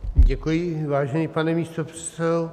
Děkuji, vážený pane místopředsedo.